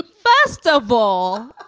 first of all,